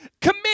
commit